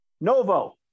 Novo